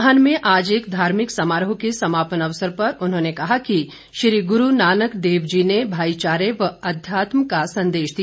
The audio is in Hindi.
नाहन में आज एक धार्मिक समारोह के समापन अवसर पर उन्होंने कहा कि श्री ग्रु नानक देव जी ने भाई चारे व अध्यात्म का संदेश दिया